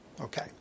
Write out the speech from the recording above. Okay